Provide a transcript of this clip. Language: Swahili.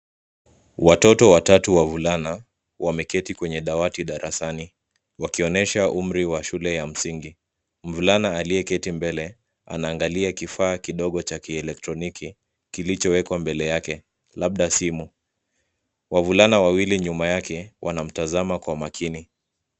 Watoto watatu wavulana wameketi kwenye dawati darasani wakionyesha umri wa shule ya msingi. Mvulana aliyeketi mbele anaangalia kifaa kidogo cha kieletroniki kilichowekwa mbele yake, labda simu. Wavulana wawili nyuma yake wanamtazama kwa makini.